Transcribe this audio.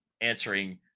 answering